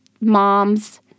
Moms